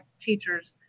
teachers